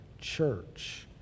church